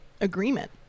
agreement